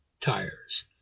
Tires